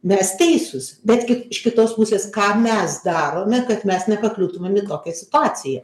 mes teisūs betgi iš kitos pusės ką mes darome kad mes nepakliūtumėm į tokią situaciją